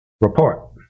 report